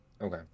okay